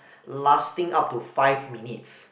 lasting up to five minutes